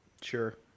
Sure